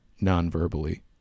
non-verbally